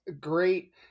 great